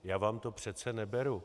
Já vám to přece neberu.